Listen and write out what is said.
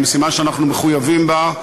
המשימה שאנחנו מחויבים בה,